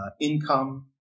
income